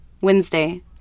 Wednesday